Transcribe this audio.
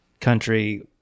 country